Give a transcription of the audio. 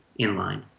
inline